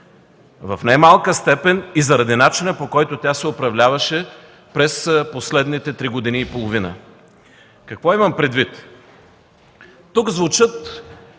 В немалка степен, и заради начина по който тя се управляваше през последните три години и половина. Какво имам предвид? Тук звучат